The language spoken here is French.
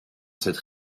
cette